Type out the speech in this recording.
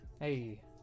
hey